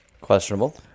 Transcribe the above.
Questionable